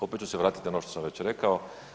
Opet ću se vratiti na ono što sam već rekao.